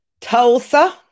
Tulsa